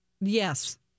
Yes